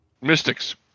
mystics